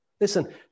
Listen